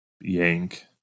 yank